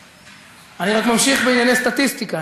אני רק ממשיך בענייני סטטיסטיקה.